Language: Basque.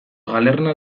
galerna